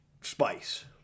spice